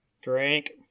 Drink